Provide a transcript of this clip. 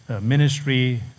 Ministry